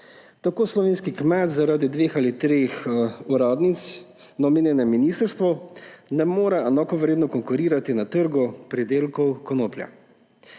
Tako slovenski kmet zaradi dveh ali treh uradnic na omenjenem ministrstvu ne more enakovredno konkurirati na trgu pridelkov konoplje.